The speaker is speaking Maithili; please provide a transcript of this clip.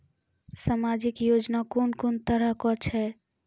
समाजिक योजना कून कून तरहक छै?